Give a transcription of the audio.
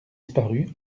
disparu